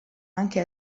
anche